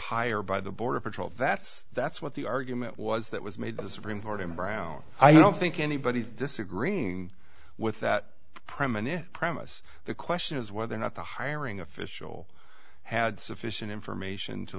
hire by the border patrol that's that's what the argument was that was made by the supreme court in brown i don't think anybody's disagreeing with that premise promise the question is whether or not the hiring official had sufficient information to